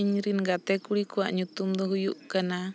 ᱤᱧᱨᱮᱱ ᱜᱟᱛᱮ ᱠᱩᱲᱤ ᱠᱚᱣᱟᱜ ᱧᱩᱛᱩᱢ ᱫᱚ ᱦᱩᱭᱩᱜ ᱠᱟᱱᱟ